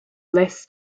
less